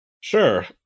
Sure